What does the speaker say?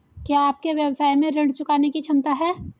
क्या आपके व्यवसाय में ऋण चुकाने की क्षमता है?